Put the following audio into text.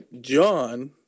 John